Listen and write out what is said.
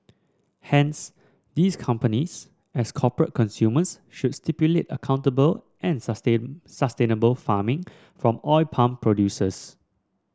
hence these companies as corporate consumers should stipulate accountable and sustain sustainable farming from oil palm producers